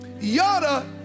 Yada